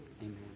Amen